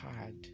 hard